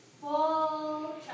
Full